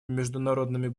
международными